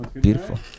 beautiful